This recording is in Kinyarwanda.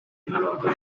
ihanurwa